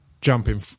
jumping